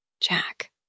Jack